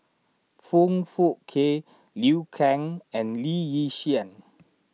Foong Fook Kay Liu Kang and Lee Yi Shyan